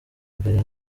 mbere